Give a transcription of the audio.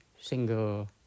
single